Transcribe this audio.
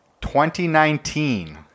2019